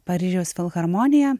paryžiaus filharmonija